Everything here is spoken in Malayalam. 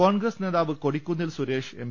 കോൺഗ്രസ് നേതാവ് കൊടിക്കുന്നിൽ സുരേഷ് എം